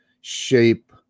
shape